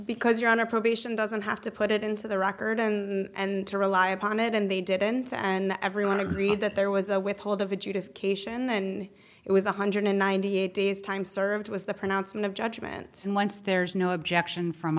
because you're on a probation doesn't have to put it into the record and to rely upon it and they didn't and everyone agreed that there was a withhold of adjudication and it was one hundred ninety eight days time served was the pronouncement of judgment and once there's no objection from